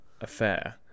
affair